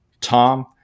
Tom